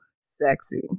sexy